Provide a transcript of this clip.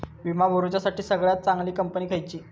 विमा भरुच्यासाठी सगळयात चागंली कंपनी खयची?